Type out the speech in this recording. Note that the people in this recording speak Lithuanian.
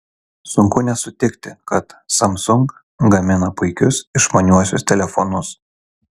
sunku nesutikti kad samsung gamina puikius išmaniuosius telefonus